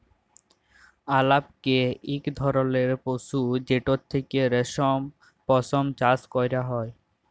আলাপকে ইক ধরলের পশু যেটর থ্যাকে রেশম, পশম চাষ ক্যরা হ্যয়